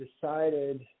decided –